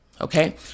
Okay